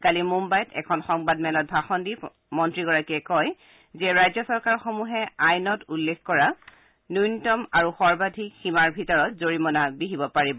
কালি মুন্নাইত এখন সংবাদ মেলত ভাষণ দি মন্ত্ৰীগৰাকীয়ে কয় যে ৰাজ্য চৰকাৰসমূহে আইনত উল্লেখ কৰা ন্য়নতম আৰু সৰ্বাধিক সীমাৰ ভিতৰত জৰিমনা বিহিব পাৰিব